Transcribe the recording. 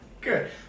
Good